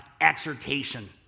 exhortation